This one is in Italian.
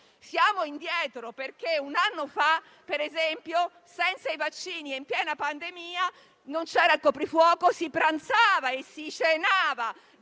andati indietro rispetto a un anno fa, quando, ad esempio, senza i vaccini e in piena pandemia, non c'era il coprifuoco, si pranzava, si cenava dentro